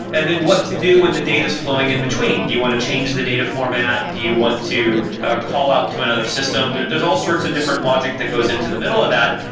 and then what to do when the data is flowing in between. do you want to change the data format? do you want to call out to another system? there's all sorts of different logic that goes into the middle of that,